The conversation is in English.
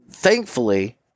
Thankfully